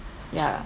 yeah